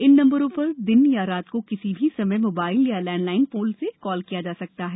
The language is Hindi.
इन नम्बरों पर दिन या रात को किसी भी समय मोबाइल या लैंडलाइन फोन से कॉल किया जा सकता है